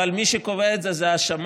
אבל מי שקובע את זה זה השמאי,